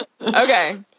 Okay